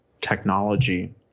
technology